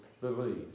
believe